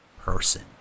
person